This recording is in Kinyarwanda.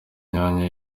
myanya